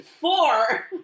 Four